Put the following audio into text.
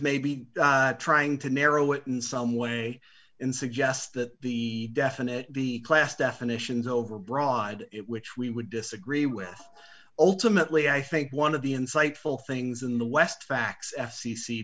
be trying to narrow it in some way in suggest that the definite class definitions overbroad which we would disagree with ultimately i think one of the insightful things in the west facts f